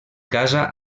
casa